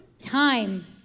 time